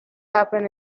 happen